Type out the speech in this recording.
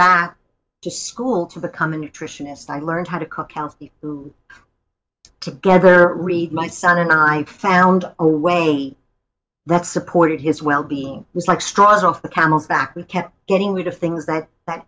back to school to come a nutritionist i learned how to cook healthy together read my son and i found a way that supported his well being was like straws on the camel's back we kept getting rid of things that that